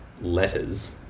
letters